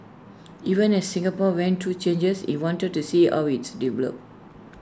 even as Singapore went through changes he wanted to see how its developed